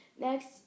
Next